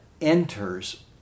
enters